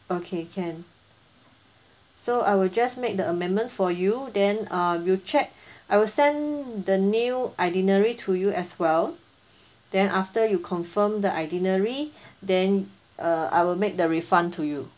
okay can so I will just make the amendment for you then err you check I will send the new itinerary to you as well then after you confirmed the itinerary then err I will make the refund to you